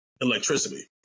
electricity